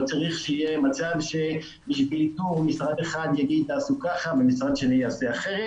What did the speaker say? לא צריך שיהיה מצב שמשרד אחד יאמר תעשו כך ומשרד שני יאמר תעשו אחרת.